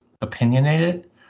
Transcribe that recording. opinionated